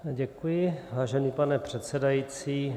Děkuji, vážený pane předsedající.